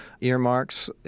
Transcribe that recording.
earmarks